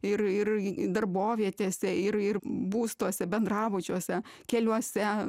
ir ir darbovietėse ir ir būstuose bendrabučiuose keliuose